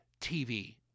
TV